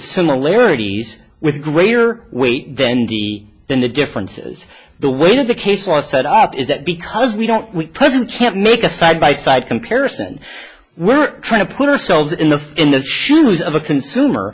similarities with greater weight then than the differences the way the case was set up is that because we don't we present can't make a side by side comparison we're trying to put ourselves in the in the shoes of a consumer